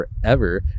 forever